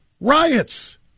Riots